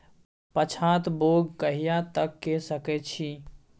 पछात बौग कहिया तक के सकै छी?